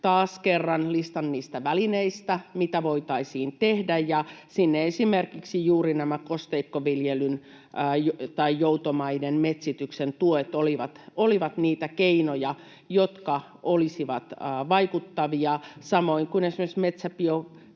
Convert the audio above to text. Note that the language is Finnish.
taas kerran listan niistä välineistä, mitä voitaisiin tehdä, ja siinä esimerkiksi juuri nämä kosteikkoviljelyn tai joutomaiden metsityksen tuet olivat niitä keinoja, jotka olisivat vaikuttavia. Samoin esimerkiksi Metsäbiotalouden